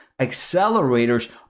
accelerators